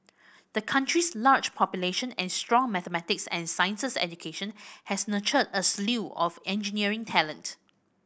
the country's large population and strong mathematics and sciences education has nurtured a slew of engineering talent